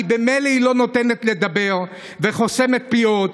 כי ממילא היא לא נותנת לדבר וחוסמת פיות,